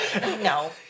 No